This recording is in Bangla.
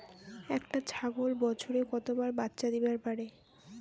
একটা ছাগল বছরে কতবার বাচ্চা দিবার পারে?